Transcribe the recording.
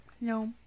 No